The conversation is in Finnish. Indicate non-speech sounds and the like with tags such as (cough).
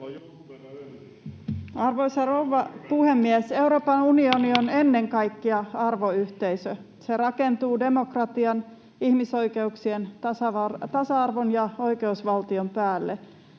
(noise) ennen kaikkea arvoyhteisö. Se rakentuu demokra-tian, ihmisoikeuksien, tasa-arvon ja oikeusvaltion päälle.